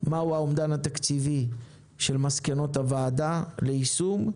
מהו האומדן התקציבי של מסקנות הוועדה ליישום,